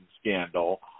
scandal